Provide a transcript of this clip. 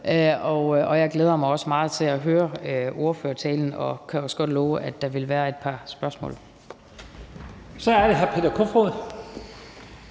Jeg glæder mig også meget til at høre ordførertalen og kan også godt love, at der vil være et par spørgsmål. Kl. 11:34 Første